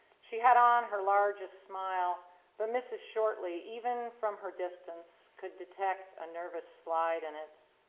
she had on her largest smile but mrs. shortley, even from her distance, could detect a nervous slide in it.